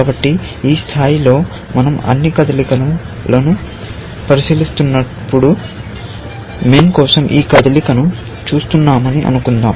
కాబట్టి ఈ స్థాయిలో మనం అన్ని కదలికలను పరిశీలిస్తున్నప్పుడు MIN కోసం ఈ కదలికను చూస్తున్నామని అనుకుందాం